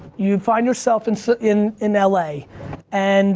you find yourself and so in in ah la and